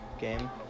game